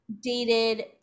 dated